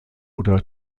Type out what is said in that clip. oder